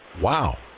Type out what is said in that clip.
Wow